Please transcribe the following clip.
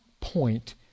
point